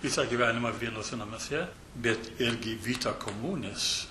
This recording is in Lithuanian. visą gyvenimą vienuose namuose bet irgi vita komunis